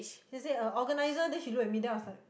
she said uh organiser then she looked at me then I was like